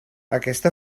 aquesta